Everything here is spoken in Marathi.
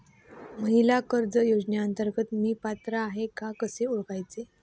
महिला कर्ज योजनेअंतर्गत मी पात्र आहे का कसे ओळखायचे?